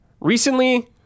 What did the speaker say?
Recently